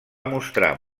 mostrar